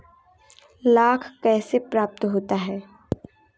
लाख कैसे प्राप्त होता है?